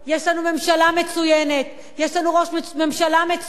יש לנו ממשלה מצוינת, יש לנו ראש ממשלה מצוין,